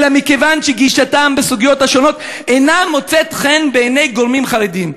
אלא מכיוון שגישתם בסוגיות שונות אינה מוצאת חן בעיני גורמים חרדיים?